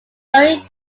lowe